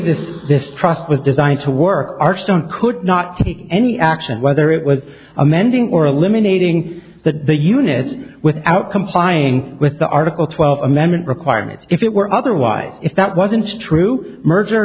this this trust was designed to work archstone could not take any action whether it was amending or eliminating that the unit without complying with the article twelve amendment requirements if it were otherwise if that wasn't true merger